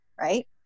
Right